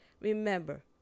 Remember